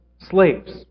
Slaves